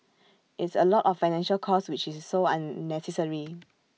it's A lot of financial cost which is so unnecessary